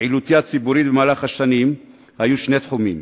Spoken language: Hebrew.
בפעילותי הציבורית במהלך השנים היו שני תחומים: